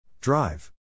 Drive